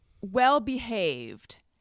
well-behaved